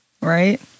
right